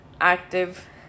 active